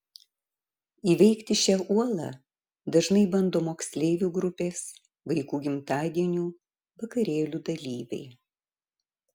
įveikti šią uolą dažnai bando moksleivių grupės vaikų gimtadienių vakarėlių dalyviai